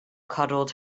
cuddled